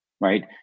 right